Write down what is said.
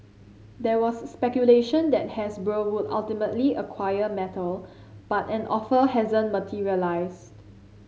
there was speculation that Hasbro would ultimately acquire Mattel but an offer hasn't materialised